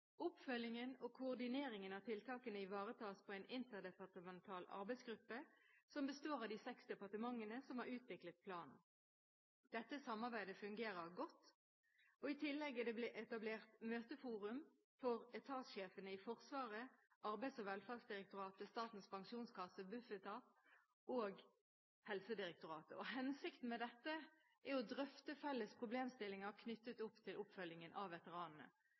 Oppfølgingen og koordineringen av tiltakene ivaretas av en interdepartemental arbeidsgruppe som består av de seks departementene som har utviklet planen. Dette samarbeidet fungerer godt. I tillegg er det etablert et møteforum for etatssjefene i Forsvaret, Arbeids- og velferdsdirektoratet, Statens pensjonskasse, Bufetat og Helsedirektoratet. Hensikten med dette er å drøfte felles problemstillinger knyttet til oppfølgingen av veteranene.